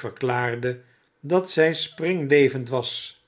verklaarde dat zfl springlevendig was